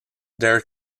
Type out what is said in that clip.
there